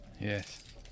Yes